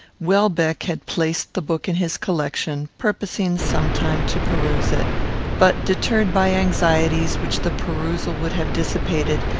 welbeck had placed the book in his collection, purposing some time to peruse it but, deterred by anxieties which the perusal would have dissipated,